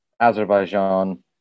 Azerbaijan